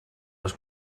les